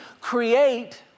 create